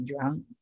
drunk